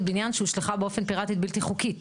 בניין שהושלכה באופן פיראטי בלתי חוקית.